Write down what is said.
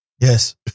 Yes